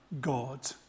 God